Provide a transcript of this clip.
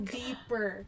deeper